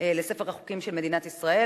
לספר החוקים של מדינת ישראל.